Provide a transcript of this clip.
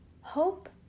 Hope